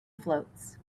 floats